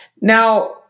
Now